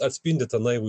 atspindi tą naivų